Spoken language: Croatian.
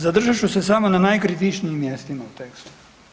Zadržat ću se samo na najkritičnijim mjestima u tekstu.